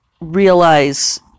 realize